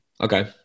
Okay